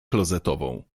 klozetową